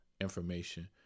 information